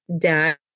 dad